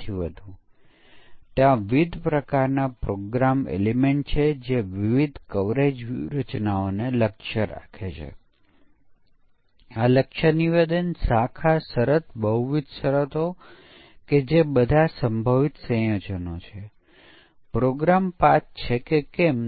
તેથી ફંકશનલ સ્પષ્ટીકરણ ને જોઈ પરીક્ષણના કેસો અહીં બનાવવામાં આવ્યા છે આપણે અહીં